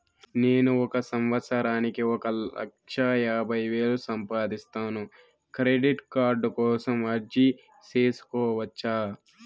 నేను ఒక సంవత్సరానికి ఒక లక్ష యాభై వేలు సంపాదిస్తాను, క్రెడిట్ కార్డు కోసం అర్జీ సేసుకోవచ్చా?